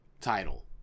title